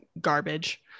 garbage